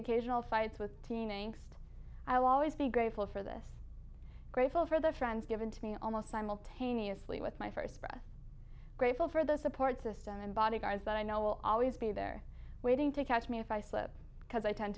occasional fights with teenaged i will always be grateful for this grateful for the friends given to me almost simultaneously with my first breath grateful for the support system and bodyguards that i know will always be there waiting to catch me if i slip because i tend